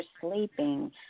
sleeping